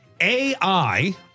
AI